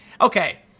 Okay